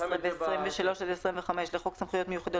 12 ו-23 עד 25 לחוק סמכויות מיוחדות